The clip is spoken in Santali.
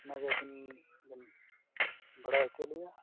ᱚᱱᱟᱜᱮ ᱟᱹᱵᱤᱱ ᱵᱮᱱ ᱵᱟᱰᱟᱭ ᱦᱚᱪᱚ ᱞᱤᱧᱟ